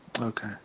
Okay